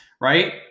right